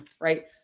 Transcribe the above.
right